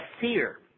fear